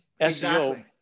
SEO